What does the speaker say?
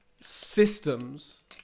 systems